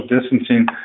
distancing